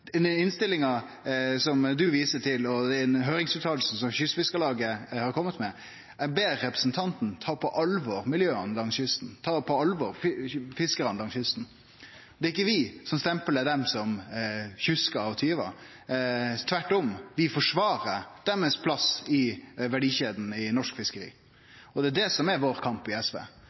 den høyringsutsegna som Kystfiskarlaget har kome med. Eg ber representanten ta på alvor miljøa langs kysten, ta på alvor fiskarane langs kysten. Det er ikkje vi som stemplar dei som tuskarar og tjuvar – tvert om: Vi forsvarer plassen deira i verdikjeda i norsk fiskeri. Det er det som er kampen vår i SV.